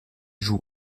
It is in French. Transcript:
joue